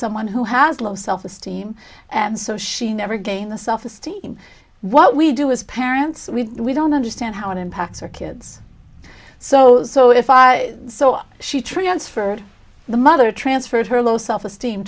someone who has low self esteem and so she never gained the self esteem what we do as parents we don't understand how it impacts our kids so so if i so she transferred the mother transferred her low self esteem